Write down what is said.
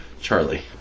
Charlie